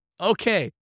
okay